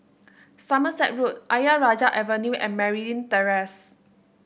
Somerset Road Ayer Rajah Avenue and Merryn Terrace